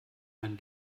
ein